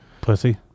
Pussy